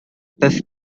peuvent